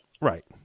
Right